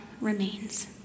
remains